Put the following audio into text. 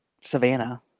Savannah